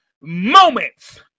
moments